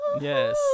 yes